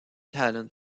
talent